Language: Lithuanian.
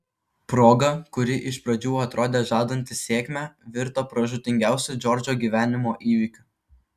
proga kuri iš pradžių atrodė žadanti sėkmę virto pražūtingiausiu džordžo gyvenimo įvykiu